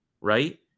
right